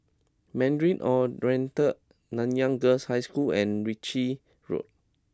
Mandarin Oriental Nanyang Girls' High School and Ritchie Road